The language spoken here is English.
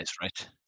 right